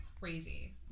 crazy